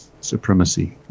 Supremacy